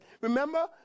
Remember